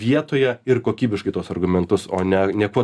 vietoje ir kokybiškai tuos argumentus o ne ne kuo